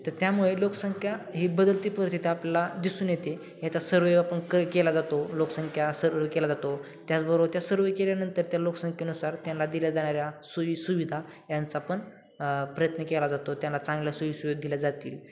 तं त्यामुळे लोकसंख्य ही बदलती परिस्थिती आपल्याला दिसून येते ह्याचा सर्वे आपण क केला जातो लोकसंख्य सर्वे केला जातो त्याचबरोबर त्या सर्वे केल्यानंतर त्या लोकसंख्यानुसार त्यानला दिल्या जाणाऱ्या सोयी सुविधा यांचापण प्रयत्न केला जातो त्यांना चांगल्या सोयी सुविधा दिल्या जातील